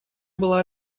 была